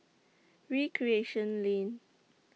Recreation Lane